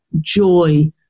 joy